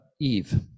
Eve